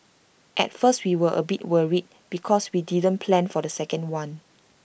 at first we were A bit worried because we didn't plan for the second one